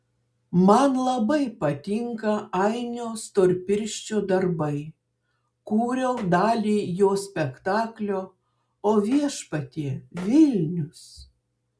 man labai patinka ainio storpirščio darbai kūriau dalį jo spektaklio o viešpatie vilnius